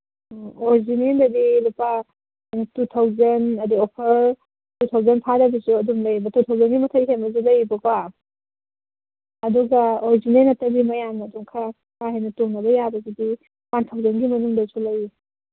ꯑꯣ ꯑꯣꯔꯤꯖꯤꯅꯦꯜꯗꯗꯤ ꯂꯨꯄꯥ ꯀꯩꯅꯣ ꯇꯨ ꯊꯥꯎꯖꯟ ꯑꯗꯩ ꯑꯣꯐꯔ ꯇꯨ ꯊꯥꯎꯖꯟ ꯐꯥꯗꯕꯁꯨ ꯑꯗꯨꯝ ꯂꯩꯕ ꯇꯨ ꯊꯥꯎꯖꯟꯒꯤ ꯃꯊꯛ ꯍꯦꯟꯕꯁꯨ ꯂꯩꯌꯦꯕꯀꯣ ꯑꯗꯨꯒ ꯑꯣꯔꯤꯖꯤꯅꯦꯜ ꯅꯠꯇꯕꯤ ꯃꯌꯥꯝꯅ ꯑꯗꯨꯝ ꯈꯔ ꯀꯥ ꯍꯦꯟꯅ ꯇꯣꯡꯅꯕ ꯌꯥꯕꯗꯨꯗꯤ ꯋꯥꯟ ꯊꯥꯎꯖꯟꯒꯤ ꯃꯅꯨꯡꯗꯁꯨ ꯂꯩ